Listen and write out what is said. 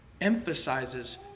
emphasizes